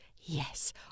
Yes